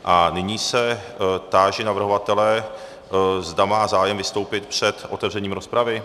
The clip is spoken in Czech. A nyní se táži navrhovatele, zda má zájem vystoupit před otevřením rozpravy.